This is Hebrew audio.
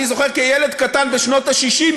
אני זוכר כילד קטן בשנות ה-60,